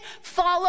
follow